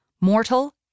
Mortal